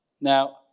Now